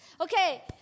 Okay